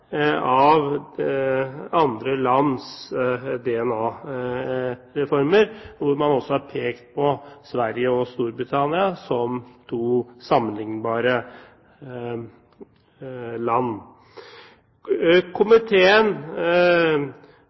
av andre lands DNA-reformer og peker bl.a. på Sverige og Storbritannia som to sammenlignbare land. Komiteen